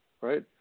right